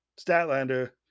Statlander